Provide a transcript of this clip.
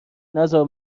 نزار